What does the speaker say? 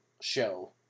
show